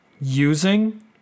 using